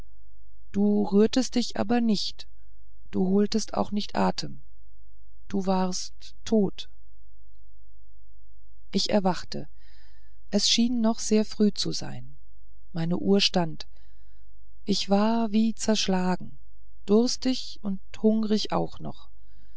du rührtest dich aber nicht du holtest auch nicht atem du warst tot ich erwachte es schien noch sehr früh zu sein meine uhr stand ich war wie zerschlagen durstig und hungrig auch noch